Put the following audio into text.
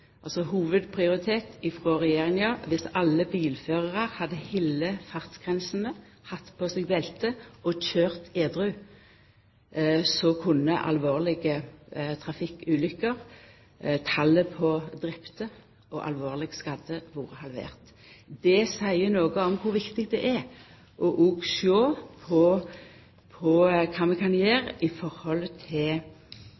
viss alle bilførarar hadde halde fartsgrensene, hatt på seg belte og køyrt edru, så kunne talet på alvorlege trafikkulykker – talet på drepne og alvorleg skadde – vore halvert. Det seier noko om kor viktig dette er. Å sjå på kva vi kan